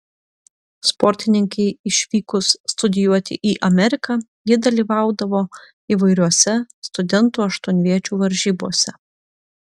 sportininkei išvykus studijuoti į ameriką ji dalyvaudavo įvairiose studentų aštuonviečių varžybose